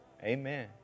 Amen